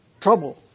trouble